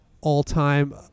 all-time